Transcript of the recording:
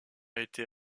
été